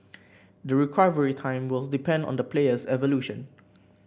the recovery time will depend on the player's evolution